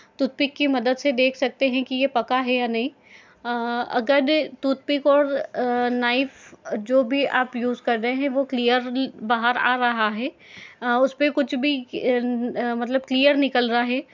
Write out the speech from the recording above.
toothpick की मदद से देख सकते हैं कि ये पका है या नहीं अगर टूथपिक और नाइफ जो भी आप यूज़ कर रहे हैं वो क्लियर बाहर आ रहा है उसपे कुछ भी मतलब क्लियर निकल रहा है